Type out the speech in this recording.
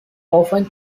often